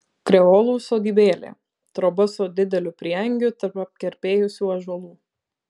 kreolų sodybėlė troba su dideliu prieangiu tarp apkerpėjusių ąžuolų